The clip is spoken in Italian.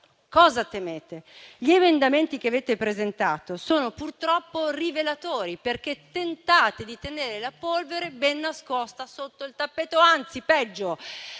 cosa temete? Gli emendamenti che avete presentato sono purtroppo rivelatori, perché tentate di tenere la polvere ben nascosta sotto il tappeto; anzi, peggio,